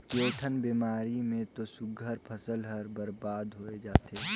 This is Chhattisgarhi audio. कयोठन बेमारी मे तो सुग्घर फसल हर बरबाद होय जाथे